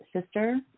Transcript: sister